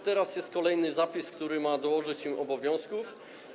Teraz jest kolejny zapis, który ma dołożyć im obowiązków.